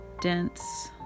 dense